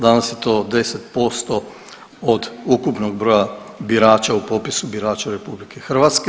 Danas je to 10% od ukupnog broja birača u popisu birača RH.